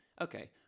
Okay